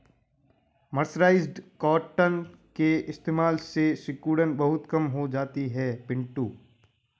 mercerised cotton के इस्तेमाल से सिकुड़न बहुत कम हो जाती है पिंटू